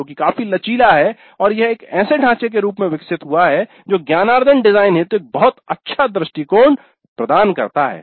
जो कि काफी लचीला है और यह एक ऐसे ढांचे के रूप में विकसित हुआ है जो ज्ञानार्जन डिजाइन हेतु एक बहुत अच्छा दृष्टिकोण प्रदान करता है